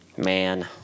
man